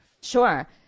Sure